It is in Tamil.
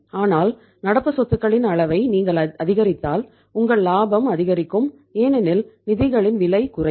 ஆனால் நடப்பு பொறுப்புகளின் அளவை நீங்கள் அதிகரித்தால் உங்கள் லாபம் அதிகரிக்கும் ஏனெனில் நிதிகளின் விலை குறையும்